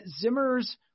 Zimmer's